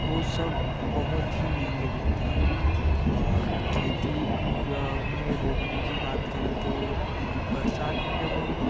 वो सब बहुत ही महंगे बिकते हैं और खेती में रोपने की बात करें तो बरसात में जब हम